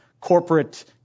corporate